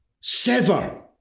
sever